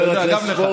גם לך,